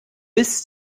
bis